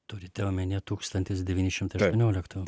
turite omeny tūkstantis devyni šimtai aštuonioliktų